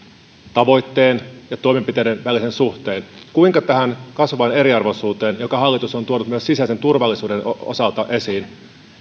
tavoitteen ja toimenpiteiden välisen suhteen ja kuinka näette että nämä hallituksen omat toimenpiteet vaikuttavat tähän kasvavaan eriarvoisuuteen jonka hallitus on tuonut myös sisäisen turvallisuuden osalta esiin